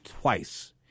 twice